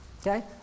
Okay